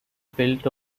built